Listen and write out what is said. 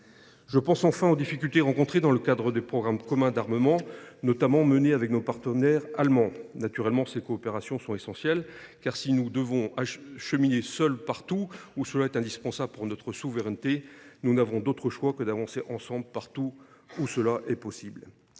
Je pense, enfin, aux difficultés rencontrées dans le cadre des programmes communs d’armement, menés en particulier avec nos partenaires allemands. Naturellement, ces coopérations sont essentielles : si nous devons cheminer seuls chaque fois que notre souveraineté l’impose, nous n’avons d’autre choix que d’avancer ensemble partout où c’est possible.